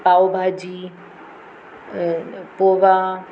पाव bhaji poha